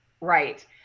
Right